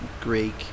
Greek